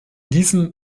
diesem